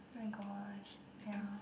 oh my gosh ya